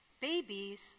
Babies